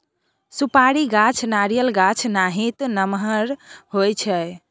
सुपारी गाछ नारियल गाछ नाहित नमगर होइ छइ